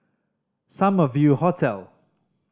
Summer View Hotel